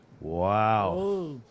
Wow